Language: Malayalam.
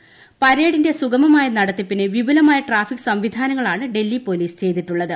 ് പരേഡിന്റെ സുഗമമായ നടത്തിപ്പിന് വിപുലമായ ട്രാഫിക് സംവിധാനങ്ങളാണ് ഡൽഹി പോലീസ് ചെയ്തിട്ടുള്ളത്